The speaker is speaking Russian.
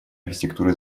архитектуры